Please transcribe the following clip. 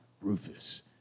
Rufus